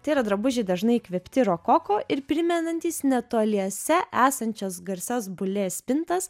tai yra drabužiai dažnai įkvėpti rokoko ir primenantys netoliese esančias garsias bulė spintas